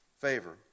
favor